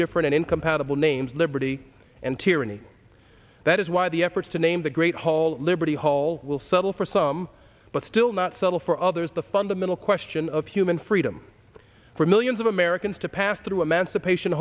different incompatible names liberty and tyranny that is why the efforts to name the great hall of liberty hall will settle for some but still not subtle for others the fundamental question of human freedom for millions of americans to pass through emancipation